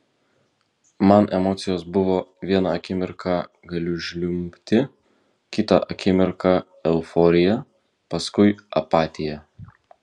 man emocijos buvo vieną akimirką galiu žliumbti kitą akimirką euforija paskui apatija